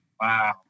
Wow